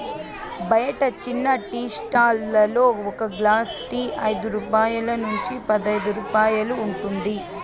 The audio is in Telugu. బయట చిన్న టీ స్టాల్ లలో ఒక గ్లాస్ టీ ఐదు రూపాయల నుంచి పదైదు రూపాయలు ఉంటుంది